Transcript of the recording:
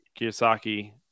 Kiyosaki